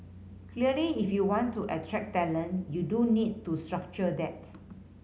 clearly if you want to attract talent you do need to structure that